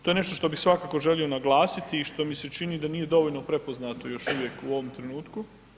To je nešto što bi svakako želio naglasiti i što mi se čini da nije dovoljno prepoznato još uvijek u ovom trenutku.